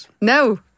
No